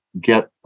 get